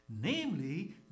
Namely